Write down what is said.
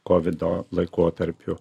kovido laikotarpiu